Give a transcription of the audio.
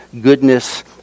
goodness